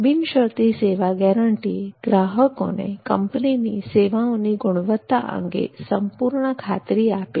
બિનશરતી સેવા ગેરંટી ગ્રાહકોને કંપનીની સેવાઓની ગુણવત્તા અંગે સંપૂર્ણ ખાતરી આપે છે